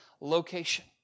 location